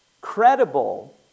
credible